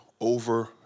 over